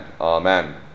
Amen